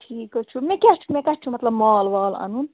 ٹھیٖک حظ چھُ مےٚ کیٛاہ چھُ مےٚ کیٛاہ چھُ مطلب مال وال اَنُن